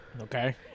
okay